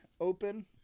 Open